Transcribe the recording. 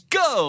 go